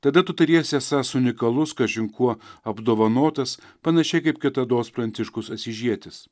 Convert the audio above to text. tada tu tariesi esąs unikalus kažin kuo apdovanotas panašiai kaip kitados pranciškus asyžietis